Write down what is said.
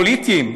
הפוליטיים,